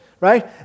right